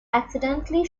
accidentally